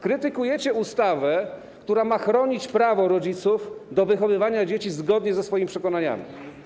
Krytykujecie ustawę, która ma chronić prawo rodziców do wychowywania dzieci zgodnie ze swoimi przekonaniami.